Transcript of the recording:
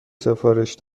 سفارش